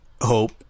Hope